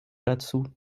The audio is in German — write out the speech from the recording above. dazu